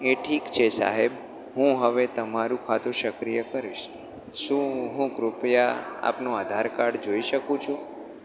એ ઠીક છે સાહેબ હું હવે તમારું ખાતું સક્રિય કરીશ શું હું કૃપયા આપનું આધાર કાર્ડ જોઈ શકું છું